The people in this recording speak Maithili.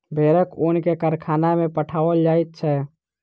भेड़क ऊन के कारखाना में पठाओल जाइत छै